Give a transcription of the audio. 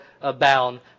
abound